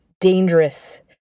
dangerous